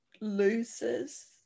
loses